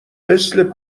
مثل